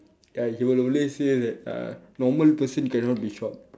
ya he will always say that uh normal person cannot be shot